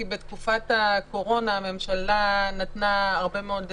כי בתקופת הקורונה הממשלה נתנה הרבה מאוד הסדרים,